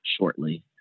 shortly